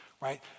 right